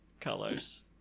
colors